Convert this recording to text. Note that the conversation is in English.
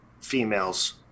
females